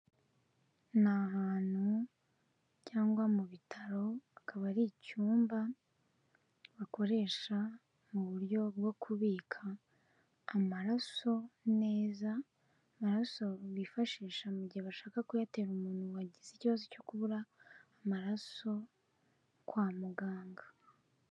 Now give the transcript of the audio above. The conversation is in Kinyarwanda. Ni hantu cyangwa mu bitaro, akaba ari icyumba bakoresha mu buryo bwo kubika amaraso neza, amaraso bifashisha mu gihe bashaka kuyatera umuntu wagize ikibazo cyo kubura amaraso, kwa muganga.